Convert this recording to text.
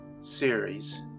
series